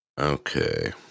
Okay